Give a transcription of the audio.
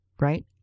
right